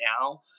now